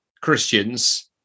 Christians